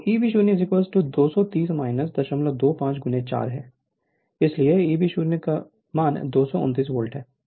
तो Eb0 230 025 4 है इसलिए Eb0 229 वोल्ट है